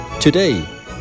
Today